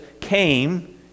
came